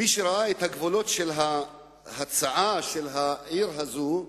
מי שראה את הגבולות של ההצעה של העיר הזו,